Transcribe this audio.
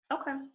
Okay